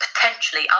potentially